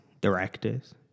directors